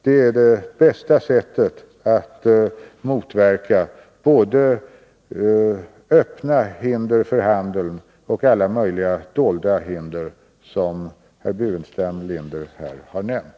Det är det bästa sättet att motverka både öppna hinder för handeln och alla möjliga dolda hinder som herr Burenstam Linder här har nämnt.